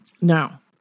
Now